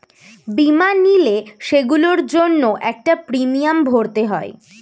বীমা নিলে, সেগুলোর জন্য একটা প্রিমিয়াম ভরতে হয়